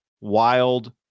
wild